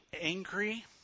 angry